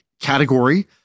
category